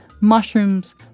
mushrooms